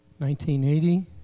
1980